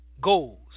goals